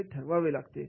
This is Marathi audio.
हे ठरवावे लागते